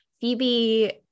Phoebe